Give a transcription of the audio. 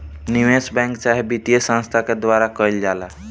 निवेश बैंक चाहे वित्तीय संस्थान के द्वारा कईल जाला